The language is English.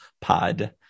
pod